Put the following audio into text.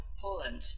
Poland